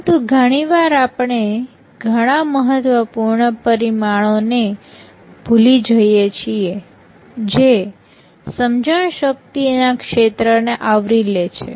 પરંતુ ઘણી વાર આપણે ઘણા મહત્વપૂર્ણ પરિમાણો ને ભૂલી જઈએ છીએ જે સમજણ શક્તિ ના ક્ષેત્ર ને આવરી લે છે